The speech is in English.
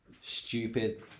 stupid